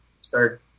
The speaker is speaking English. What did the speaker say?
start